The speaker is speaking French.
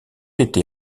été